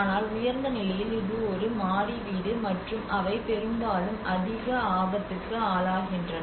ஆனால் உயர்ந்த நிலையில் இது ஒரு மாடி வீடு மற்றும் அவை பெரும்பாலும் அதிக ஆபத்துக்கு ஆளாகின்றன